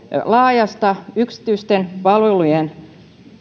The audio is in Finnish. laajasta yksityisten palvelujen